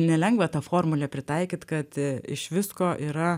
nelengva tą formulę pritaikyt kad iš visko yra